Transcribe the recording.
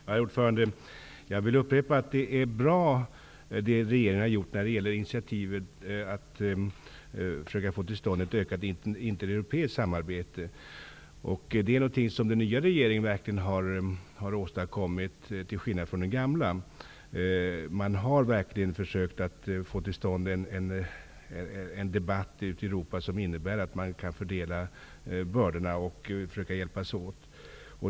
Herr talman! Jag vill betona att det är ett bra initiativ av regeringen att försöka att få till stånd ett ökat intereuropeiskt samarbete. Det är någonting som den nya regeringen till skillnad från den gamla verkligen har åstadkommit. Man har verkligen försökt få till stånd en debatt ute i Europa för att fördela bördorna och hjälpas åt.